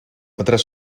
otras